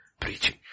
preaching